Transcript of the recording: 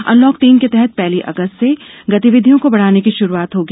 unlock तीन के तहत पहली अगस्त से गतिविधियों को बढाने की श्रुआत होगी